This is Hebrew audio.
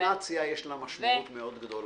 אינטונציה יש לה משמעות מאוד גדולה.